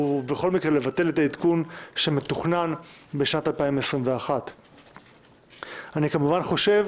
ובכל מקרה לבטל את העדכון שמתוכנן בשנת 2021. אני כמובן חושב